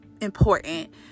important